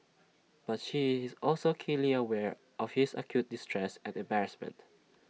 but she is also keenly aware of his acute distress and embarrassment